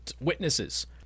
witnesses